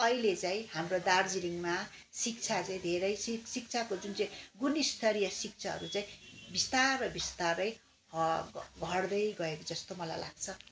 अहिले चाहिँ हाम्रो दार्जिलिङमा शिक्षा चाहिँ धेरै शि शिक्षाको जुन चाहिँ गुणस्तरीय शिक्षाहरू चाहिँ बिस्तारै बिस्तारै ह घट्दै गएको जस्तो मलाई लाग्छ